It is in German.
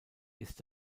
ist